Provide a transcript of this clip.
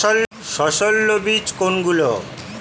সস্যল বীজ কোনগুলো?